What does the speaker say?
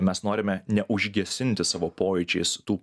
mes norime neužgesinti savo pojūčiais tų